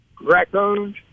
raccoons